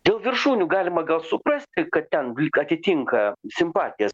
dėl viršūnių galima gal suprasti kad ten lyg atitinka simpatijas